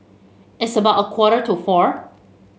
its about a quarter to four